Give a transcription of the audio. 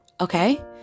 Okay